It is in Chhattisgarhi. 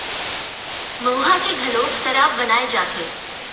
मउहा के घलोक सराब बनाए जाथे